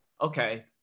okay